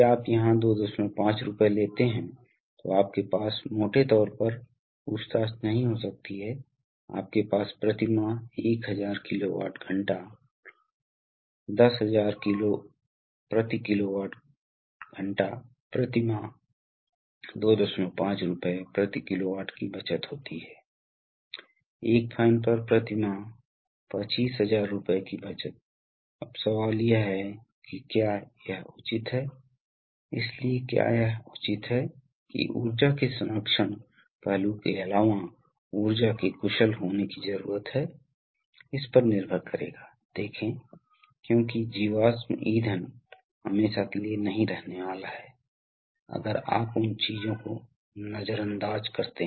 कुछ बहुत ही विशिष्ट वाल्व केस स्टडीज को देखते हुए इसलिए यह बहुत ही मानक है यह एक डबल एक्टिंग सिलेंडर है और इसलिए डबल एक्टिंग का मतलब है कि हमें इसे इस तरह से स्थानांतरित करने की आवश्यकता है साथ ही इस तरह से इसलिए हमने इसे कनेक्ट किया है और यह एक दो पोर्ट वाल्व है यह एक तीन पोर्ट वाल्व है एक तीन तरफा वाल्व 2 स्थिति है इसलिए यह इसे या तो इस से कनेक्ट कर सकता है या इसमें कनेक्ट हो सकता है यह स्थिति इसे इस से कनेक्ट करेगी यह पक्ष कनेक्ट हो जाएगा फिर से कनेक्ट किया जा सकता है इसलिए वे वास्तव में स्वतंत्र हैं इसलिए इन वाल्वों की स्थिति के आधार पर अगर वहाँ दिखाया गया है तो इस पक्ष पर दबाव डाला जाता है और इस पक्ष पर भी दबाव डाला जाता है